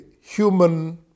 human